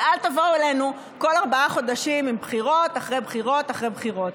ואל תבואו אלינו בכל ארבעה חודשים עם בחירות אחרי בחירות אחרי בחירות.